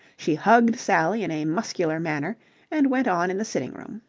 she hugged sally in a muscular manner and went on in the sitting-room.